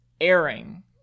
airing